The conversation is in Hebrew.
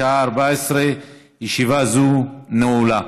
בשעה 14:00. ישיבה זו נעולה.